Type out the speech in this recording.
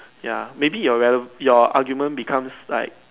ya maybe your relevant your argument becomes like